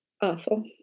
awful